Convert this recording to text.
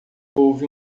houve